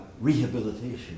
rehabilitation